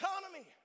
economy